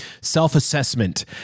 self-assessment